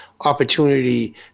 opportunity